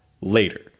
Later